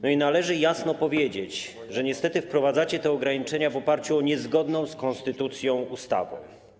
Należy jasno powiedzieć, że niestety wprowadzacie te ograniczenia w oparciu o niezgodną z konstytucją ustawę.